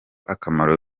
akamaro